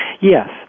Yes